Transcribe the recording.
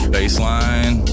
Baseline